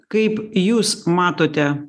kaip jūs matote